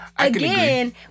Again